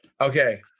Okay